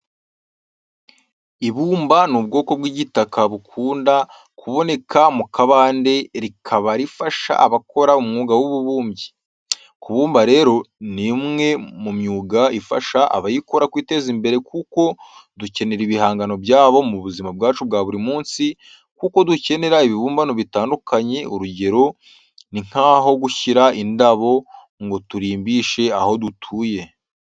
Ibumba ni ubwoko bw'igitaka bukunda kuboneka mu kabande rikaba rifasha abakora umwuga w'ububumbyi. Kubumba rero ni umwe mu myuga ifasha abayikora kwiteza imbere kuko dukenera ibihangano byabo mu buzima bwacu bwa buri munsi, kuko dukenera ibibumbano bitandukanye, urugero ni nk'aho gushyira indabo ngo turimbishe aho dutuye.